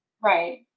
Right